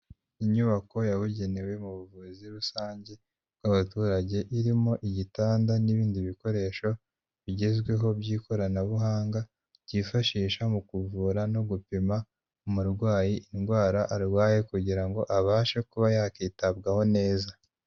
Inyubako yabugenewe mu buvuzi rusange bw'abaturage, irimo igitanda n'ibindi bikoresho bigezweho by'ikoranabuhanga, byifashisha mu kuvura no gupima umurwayi indwara arwaye kugira ngo abashe kuba yakitabwaho neza.